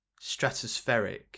stratospheric